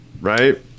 Right